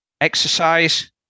exercise